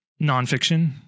nonfiction